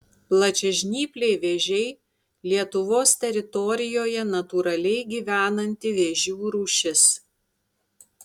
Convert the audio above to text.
plačiažnypliai vėžiai lietuvos teritorijoje natūraliai gyvenanti vėžių rūšis